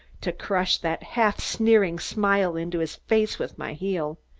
to crush that half-sneering smile into his face with my heel,